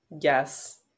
yes